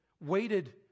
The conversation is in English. waited